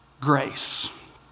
grace